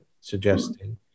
suggesting